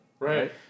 Right